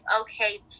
okay